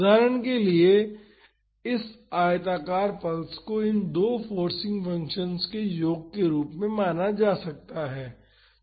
उदाहरण के लिए इस आयताकार पल्स को इन दो फोर्सिंग फंक्शन्स के योग के रूप में माना जा सकता है